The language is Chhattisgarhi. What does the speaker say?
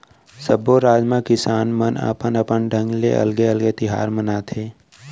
सब्बो राज म किसान मन अपन अपन ढंग ले अलगे अलगे तिहार मनाथे